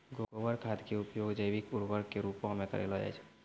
गोबर खाद के उपयोग जैविक उर्वरक के रुपो मे करलो जाय छै